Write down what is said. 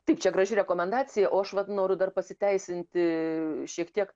tik čia graži rekomendacija o aš vat noriu dar pasiteisinti šiek tiek